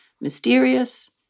mysterious